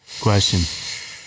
question